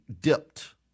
dipped